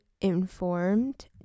informed